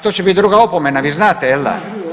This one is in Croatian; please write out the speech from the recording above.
To će biti druga opomena vi znate, jel da.